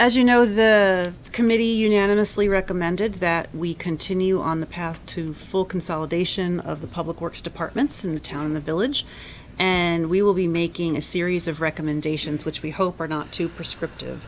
as you know the committee unanimously recommended that we continue on the path to full consolidation of the public works departments in the town in the village and we will be making a series of recommendations which we hope are not too prescript